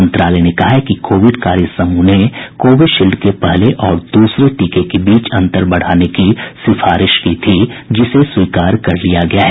मंत्रालय ने कहा है कि कोविड कार्य समूह ने कोविशील्ड के पहले और दूसरे टीके के बीच अंतर बढ़ाने की सिफारिश की थी जिसे स्वीकार कर लिया गया है